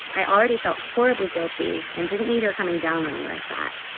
i already felt horribly guilty and didn't need her coming down on me like that.